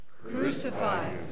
Crucify